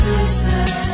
listen